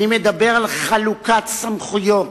אני מדבר על חלוקת סמכויות.